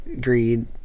greed